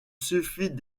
suffit